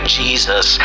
jesus